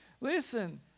listen